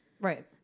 right